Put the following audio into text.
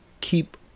keep